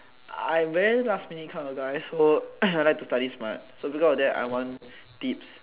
I very last minute kind of guy so I like to study smart so because of that I want tips